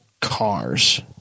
cars